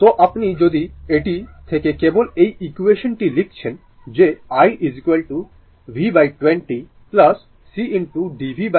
তো আপনি যদি এটি থেকে কেবল এই ইকুয়েসান টি লিখছেন যে i v20 c d vd t